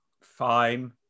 Fine